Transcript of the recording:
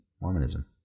Mormonism